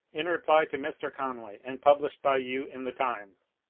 in reply to mr. conway and pub lished by you in the times.